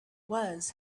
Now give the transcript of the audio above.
was